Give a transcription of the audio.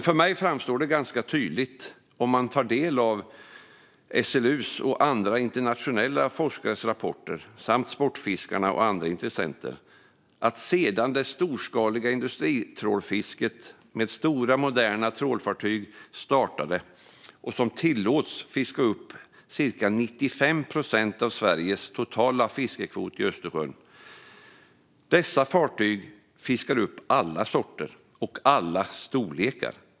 För mig framstår detta tydligt om man tar del av SLU:s och andra internationella forskares rapporter samt vad Sportfiskarna och andra intressenter framför, det vill säga något som pågått sedan det storskaliga industritrålfisket med stora moderna trålfartyg startade och som har tillåtits fiska upp cirka 95 procent av Sveriges totala fiskekvot i Östersjön. Dessa fartyg fiskar upp alla sorter och alla storlekar.